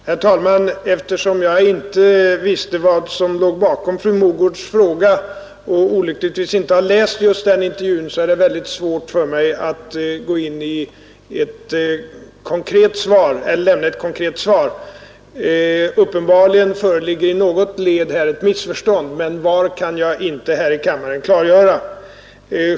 Herr talman! Eftersom jag inte visste vad som låg bakom fru Mogårds fråga och olyckligtvis inte har läst just den intervjun så är det väldigt svårt för mig att lämna ett konkret svar. Uppenbarligen föreligger i något led ett missförstånd, men var kan jag inte här i kammaren klargöra.